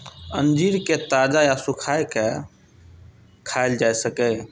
अंजीर कें ताजा या सुखाय के खायल जा सकैए